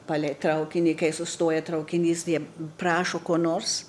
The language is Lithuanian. palei traukinį kai sustoja traukinys jie prašo ko nors